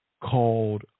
called